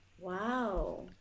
Wow